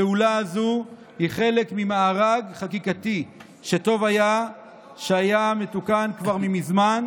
פעולה זו היא חלק ממארג חקיקתי שטוב היה שהיה מתוקן כבר ממזמן.